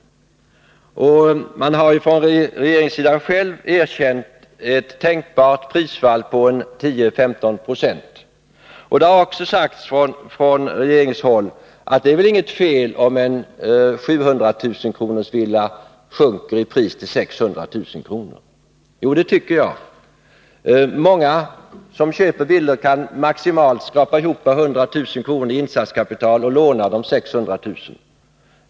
Man har från regeringens sida erkänt att ett prisfall på 10-15 96 är tänkbart. Man har också från regeringshåll sagt att det inte är något fel om en 700 000-kronorsvilla sjunker i pris till 600 000 kr. Men jag tycker det. Många som köper villa kan maximalt skrapa ihop 100 000 kr. i insatskapital och får låna 600 000 kr.